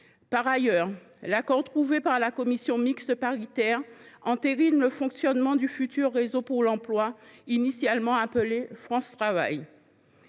Par ailleurs, l’accord trouvé en commission mixte paritaire entérine le fonctionnement du futur réseau pour l’emploi, initialement appelé « France Travail ».